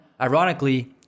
ironically